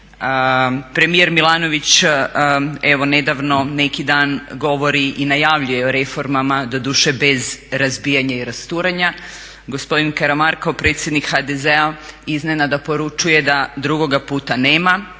Premijer Milanović evo nedavno neki dan govori i najavljuje o reformama, doduše bez razbijanja i rasturanja. doduše bez razbijanja i rasturanja. Gospodin Karamarko predsjednik HDZ-a iznenada poručuje da drugoga puta nema.